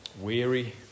weary